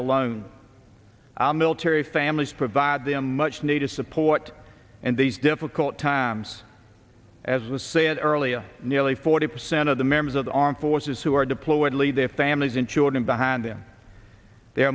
alone our military families provide them much needed support and these difficult times as was said earlier nearly forty percent of the members of the armed forces who are deployed leave their families and children behind them there